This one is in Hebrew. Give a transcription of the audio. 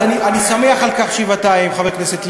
אני שמח על כך שבעתיים, חבר הכנסת לוי,